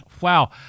wow